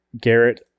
Garrett